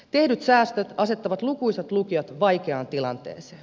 tehdyt säästöt asettavat lukuisat lukiot vaikeaan tilanteeseen